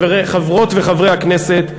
חברות וחברי הכנסת,